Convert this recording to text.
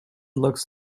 looks